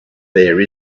there